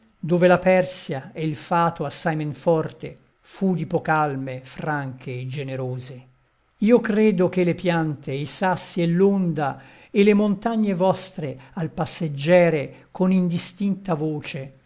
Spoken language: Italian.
dove la persia e il fato assai men forte fu di poch'alme franche e generose io credo che le piante e i sassi e l'onda e le montagne vostre al passeggere con indistinta voce